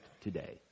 today